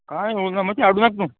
कांय खब ना ती हाडूं नाका तूं